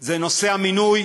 זה נושא המינוי